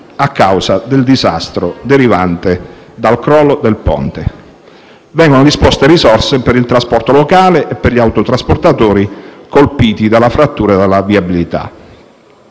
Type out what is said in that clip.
a causa del disastro derivante dal crollo del ponte. Vengono disposte risorse per il trasporto locale e per gli autotrasportatori colpiti dalla frattura della viabilità.